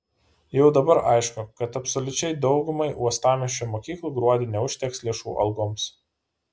jau dabar aišku kad absoliučiai daugumai uostamiesčio mokyklų gruodį neužteks lėšų algoms